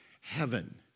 heaven